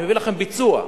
אני מביא לכם ביצוע,